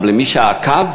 אבל למי שעקב,